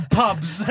pubs